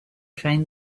train